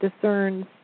discerns